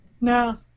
No